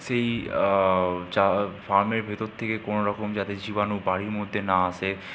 সেই চা ফার্মের ভীতর থেকে কোনওরকম যাতে জীবাণু বাড়ির মধ্যে না আসে